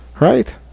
right